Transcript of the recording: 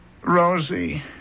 Rosie